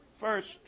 first